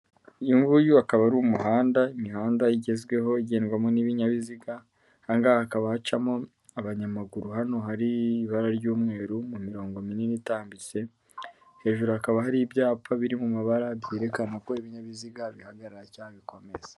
Uyu nguyu akaba ari umuhanda, imihanda igezweho igendwamo n'ibinyabiziga, aha ngaha hakaba hacamo abanyamaguru hano hari ibara ry'umweru mu mirongo minini itambitse, hejuru hakaba hari ibyapa biri mu mabara byerekana ko ibinyabiziga bihagarara cyangwa bikomeza.